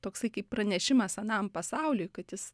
toksai kaip pranešimas anam pasauliui kad jis